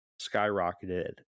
skyrocketed